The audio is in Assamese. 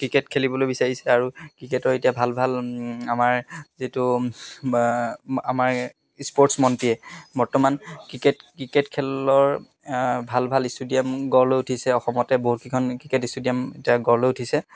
ক্ৰিকেট খেলিবলৈ বিচাৰিছে আৰু ক্ৰিকেটৰ এতিয়া ভাল ভাল আমাৰ যিটো আমাৰ স্পৰ্টছ মন্ত্ৰীয়ে বৰ্তমান ক্ৰিকেট ক্ৰিকেট খেলৰ ভাল ভাল ষ্টেডিয়াম গঢ় লৈ উঠিছে অসমতে বহুতকেইখন ক্ৰিকেট ষ্টেডিয়াম এতিয়া গঢ় লৈ উঠিছে